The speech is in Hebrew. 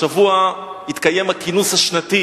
השבוע התקיים הכינוס השנתי